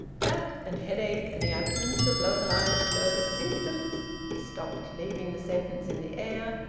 that, and headache, and the absence of localised nervous symptoms he stopped, leaving the sentence in the air,